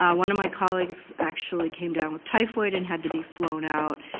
ah one of my colleagues actually came down with typhoid and had to be flown out.